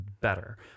better